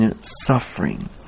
suffering